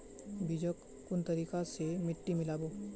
बीजक कुन तरिका स मिट्टीत मिला बो